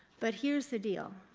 but here's the deal.